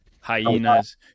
hyenas